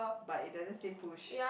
but it doesn't say push